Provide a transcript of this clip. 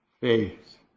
faith